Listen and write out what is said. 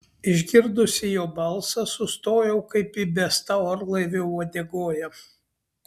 išgirdusi jo balsą sustojau kaip įbesta orlaivio uodegoje